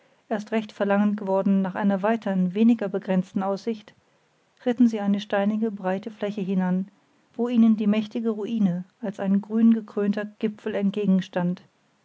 erst recht verlangend geworden nach einer weitern weniger begrenzten aussicht ritten sie eine steinige breite fläche hinan wo ihnen die mächtige ruine als ein grüngekrönter gipfel entgegenstand